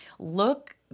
look